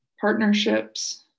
Partnerships